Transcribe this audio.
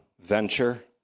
venture